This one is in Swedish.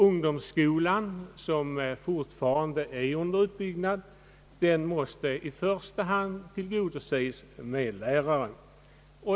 Ungdomsskolan, som fortfarande är under utbyggnad, måste i första hand tillgodoses med lärare.